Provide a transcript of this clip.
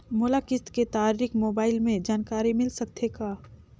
मोला किस्त के तारिक मोबाइल मे जानकारी मिल सकथे का?